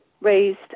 raised